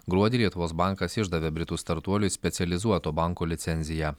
gruodį lietuvos bankas išdavė britų startuoliui specializuoto banko licenciją